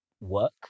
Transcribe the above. work